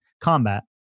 combat